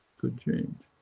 could change.